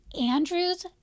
Andrew's